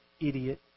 idiot